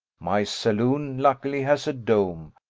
my saloon luckily has a dome,